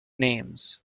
names